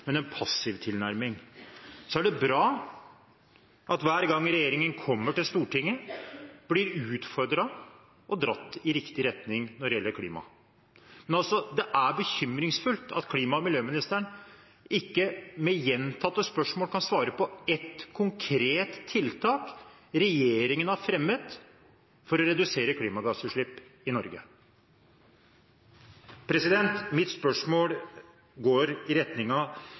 men en passiv tilnærming. Så er det bra at hver gang regjeringen kommer til Stortinget, blir den utfordret og dratt i riktig retning når det gjelder klima. Men det er bekymringsfullt at klima- og miljøministeren på gjentatte spørsmål ikke kan nevne ett konkret tiltak regjeringen har fremmet for å redusere klimagassutslipp i Norge. Mitt spørsmål går i